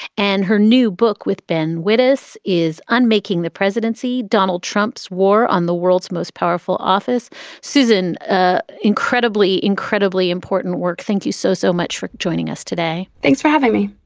and her new book with ben witness is unmaking the presidency. donald trump's war on the world's most powerful office susan. ah incredibly, incredibly important work. thank you so, so much for joining us today. thanks for having me